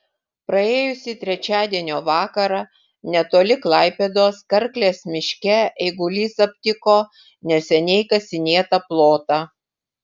praėjusį trečiadienio vakarą netoli klaipėdos karklės miške eigulys aptiko neseniai kasinėtą plotą